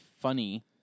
funny